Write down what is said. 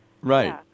Right